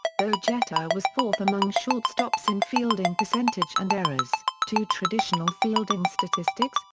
though jeter was fourth among shortstops in fielding percentage and errors, two traditional fielding statistics,